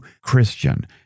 Christian